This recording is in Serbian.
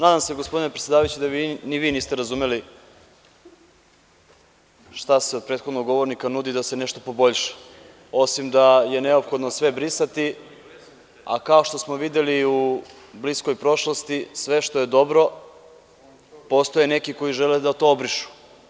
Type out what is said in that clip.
Nadam se gospodine predsedavajući da ni vi niste razumeli šta se od prethodnog govornika nudi da se nešto poboljša, osim da je neophodno sve brisati, a kao što smo videli i u bliskoj prošlosti, sve što je dobro postoje neki koji žele da to obrišu.